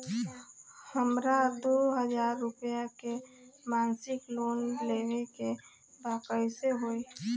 हमरा दो हज़ार रुपया के मासिक लोन लेवे के बा कइसे होई?